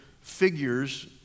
figures